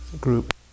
group